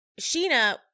Sheena